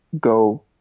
go